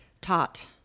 taught